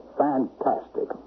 fantastic